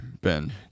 Ben